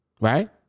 right